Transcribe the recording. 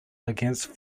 against